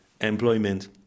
employment